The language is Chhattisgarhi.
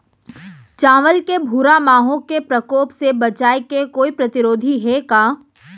चांवल के भूरा माहो के प्रकोप से बचाये के कोई प्रतिरोधी हे का?